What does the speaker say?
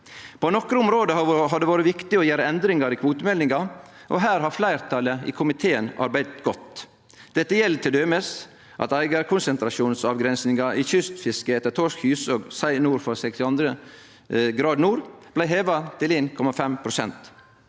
På nokre område har det vore viktig å gjere endringar i kvotemeldinga, og her har fleirtalet i komiteen arbeidd godt. Dette gjeld t.d.: – at eigarskapskonsentrasjonsavgrensinga i kystfisket etter torsk, hyse og sei nord for 62 grader nord blei heva til 1,5 pst.